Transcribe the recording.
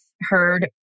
heard